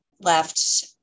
left